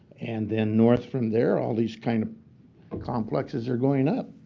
and then north from there all these kind of ah complexes are going up.